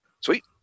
Sweet